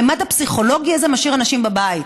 הממד הפסיכולוגי הזה משאיר אנשים בבית,